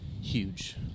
huge